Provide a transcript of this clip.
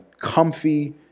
comfy